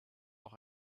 auch